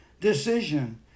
decision